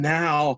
now